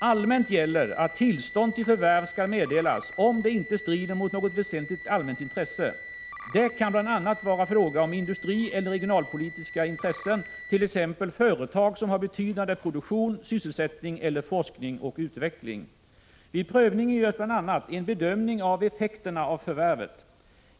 Allmänt gäller att tillstånd till förvärv skall meddelas, om det inte strider mot något väsentligt allmänt intresse. Det kan bl.a. vara fråga om industrieller regionalpolitiska intressen, t.ex. företag som har betydande produktion, sysselsättning eller forskning och utveckling. Vid prövningen görs bl.a. en bedömning av effekterna av förvärvet.